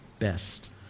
best